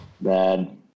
Bad